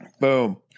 Boom